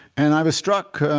and i was struck,